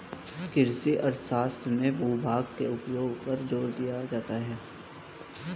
कृषि अर्थशास्त्र में भूभाग के उपयोग पर जोर दिया जाता है